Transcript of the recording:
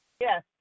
Yes